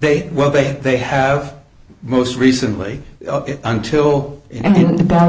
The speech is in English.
they well they they have most recently until a